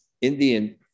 Indian